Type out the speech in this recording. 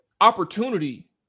opportunity